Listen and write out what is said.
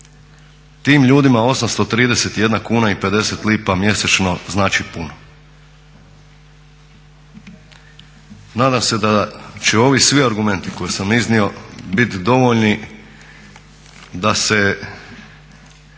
Tim ljudima 831,50 kuna mjesečno znači puno. Nadam se da će ovi svi argumenti koje sam iznio biti dovoljni da se